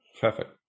Perfect